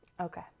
Okay